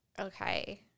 Okay